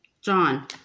John